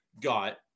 got